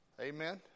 Amen